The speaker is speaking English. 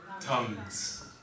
tongues